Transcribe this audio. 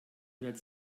wird